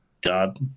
God